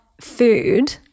food